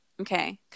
Okay